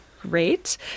Great